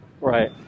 Right